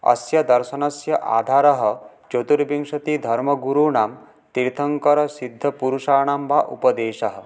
अस्य दर्शनस्य आधारः चतुर्विंशतिः धर्मगुरूणां तीर्थङ्करसिद्धपुरुषाणां वा उपदेशः